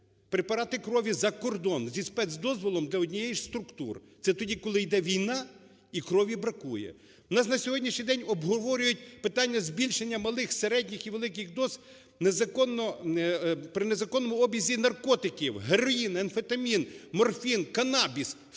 препарати крові за кордон зі спецдозволом для однієї зі структур. Це тоді, коли йде війна і крові бракує. У нас на сьогоднішній день обговорюють питання збільшення малих, середніх і великих доз незаконно, при незаконному обігу наркотиків: героїн, амфетамін, морфін, канабіс.